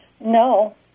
No